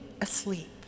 asleep